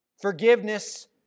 Forgiveness